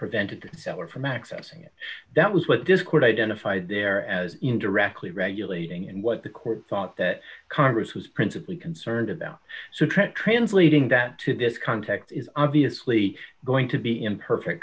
prevented the seller from accessing it that was what this court identified there as indirectly regulating and what the court thought that congress was principally concerned about so trent translating that to this context is obviously going to be imperfect